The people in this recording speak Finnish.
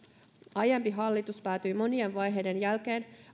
aiempi hallitus päätyi monien vaiheiden jälkeen